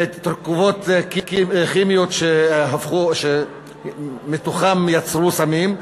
לגבי תרכובות כימיות שמהן ייצרו סמים.